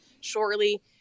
shortly